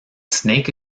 snake